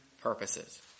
purposes